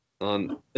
on